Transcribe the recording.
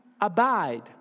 abide